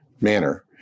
manner